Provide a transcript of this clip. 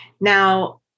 Now